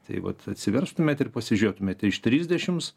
tai vat atsiverstumėt ir pasižiūrėtumėt iš trisdešimts